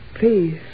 please